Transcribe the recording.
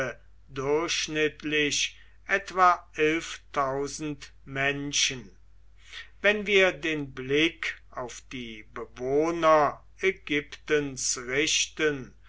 durchschnittlich etwa menschen wenn wir den blick auf die bewohner ägyptens richten